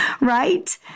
right